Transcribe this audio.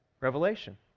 revelation